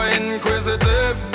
inquisitive